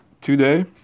Today